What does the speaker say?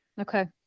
Okay